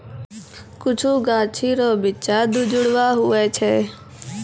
कुछु गाछी रो बिच्चा दुजुड़वा हुवै छै